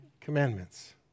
commandments